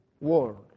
world